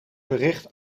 bericht